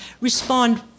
respond